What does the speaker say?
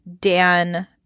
Dan